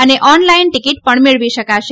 અને online ticket પણ મેળવી શકાશે